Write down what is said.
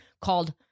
called